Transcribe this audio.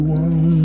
one